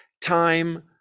time